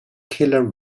killer